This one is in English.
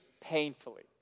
painfully